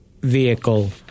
vehicle